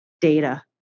data